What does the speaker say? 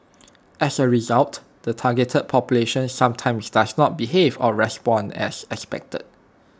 as A result the targeted population sometimes does not behave or respond as expected